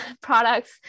products